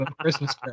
Christmas